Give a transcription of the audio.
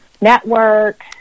network